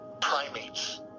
primates